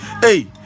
hey